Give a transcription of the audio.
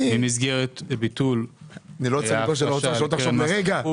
אני לא סנגור של האוצר, שלא תחשוב לרגע.